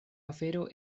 afero